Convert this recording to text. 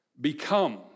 become